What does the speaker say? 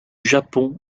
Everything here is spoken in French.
japon